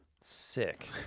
sick